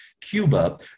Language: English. Cuba